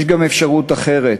יש גם אפשרות אחרת.